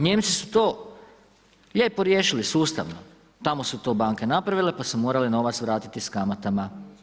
Nijemci su to lijepo riješili, sustavno, tamo su to banke napravile pa su morale novac vratiti s kamatama.